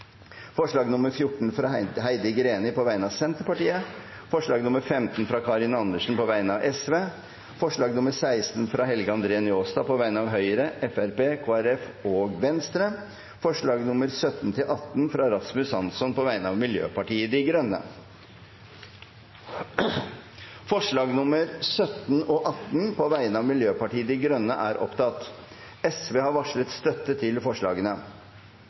forslag nr. 14, fra Heidi Greni på vegne av Senterpartiet forslag nr. 15, fra Karin Andersen på vegne av Sosialistisk Venstreparti forslag nr. 16, fra Helge André Njåstad på vegne av Høyre, Fremskrittspartiet, Kristelig Folkeparti og Venstre forslagene nr. 17 og 18, fra Rasmus Hansson på vegne av Miljøpartiet De Grønne Det voteres over forslagene nr. 17 og 18, fra Miljøpartiet De Grønne.